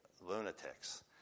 lunatics